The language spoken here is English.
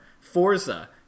forza